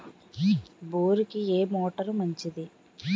బోరుకి ఏ మోటారు మంచిది?